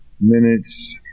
minutes